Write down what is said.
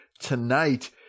Tonight